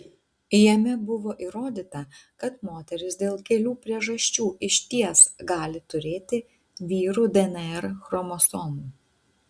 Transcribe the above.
jame buvo įrodyta kad moterys dėl kelių priežasčių išties gali turėti vyrų dnr chromosomų